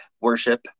worship